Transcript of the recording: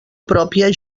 pròpia